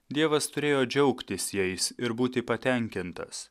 dievas turėjo džiaugtis jais ir būti patenkintas